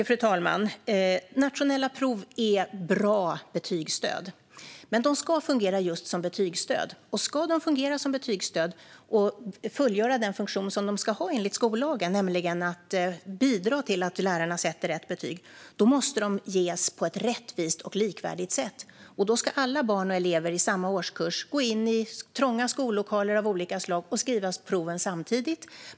Fru talman! Nationella prov är bra betygsstöd, men de ska fungera just som betygsstöd. Om de ska fungera som betygsstöd och fullgöra den funktion som de ska ha enligt skollagen, nämligen att bidra till att lärarna sätter rätt betyg, måste de ges på ett rättvist och likvärdigt sätt. Och då ska alla barn och elever i samma årskurs gå in i trånga skollokaler av olika slag och skriva proven samtidigt.